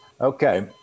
Okay